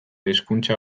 hizkuntza